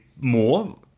more